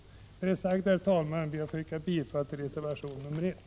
Med det sagda, herr talman, ber jag att få yrka bifall till reservation 1.